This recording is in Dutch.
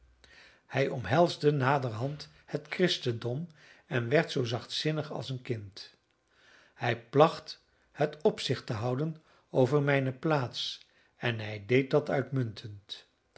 hij omhelsde naderhand het christendom en werd zoo zachtzinnig als een kind hij placht het opzicht te houden over mijne plaats en hij deed dat uitmuntend